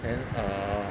then uh